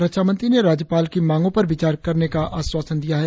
रश्रा मंत्री ने राज्यपाल की मांगो पर विचार करने का आश्वासन दिया है